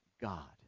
God